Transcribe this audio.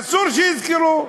אסור שיזכרו.